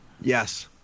Yes